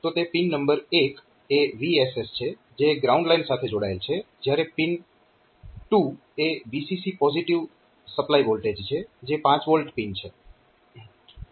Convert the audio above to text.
તો તે pin number 1 એ VSS છે જે ગ્રાઉન્ડ લાઇન સાથે જોડાયેલ છે જ્યારે પિન 2 એ VCC પોઝીટીવ સપ્લાય વોલ્ટેજ છે જે 5 V છે